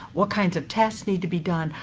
what kinds of tests need to be done?